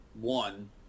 One